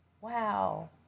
Wow